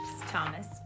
Thomas